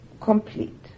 complete